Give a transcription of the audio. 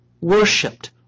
worshipped